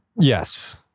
Yes